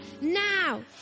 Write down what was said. Now